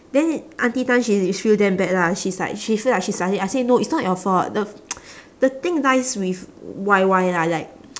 then auntie tan she feel damn bad lah she's like she feel like she start it I say no it's not your fault the the thing lies with Y Y lah like